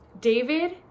david